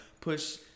push